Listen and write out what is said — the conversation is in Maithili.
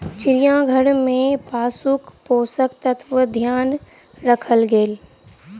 चिड़ियाघर में पशुक पोषक तत्वक ध्यान राखल गेल